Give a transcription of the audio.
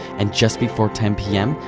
and just before ten pm,